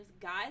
guys